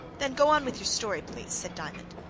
then go on with your story, please, said diamond.